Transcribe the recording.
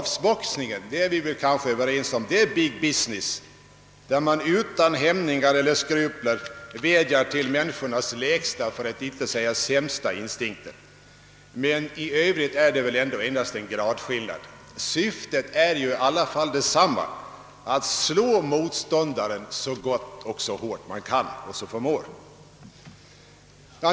Vi är väl överens om att proffsboxningen är big business där man utan hämningar eller skrupler utnyttjar människornas lägsta instinkter. I jämförelse med amatörboxning är det endast fråga om en gradskillnad. Syftet är i alla fall detsamma: att slå motståndaren så hårt man förmår.